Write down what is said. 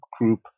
group